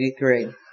1983